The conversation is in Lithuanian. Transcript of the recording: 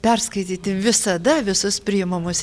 perskaityti visada visus priimamus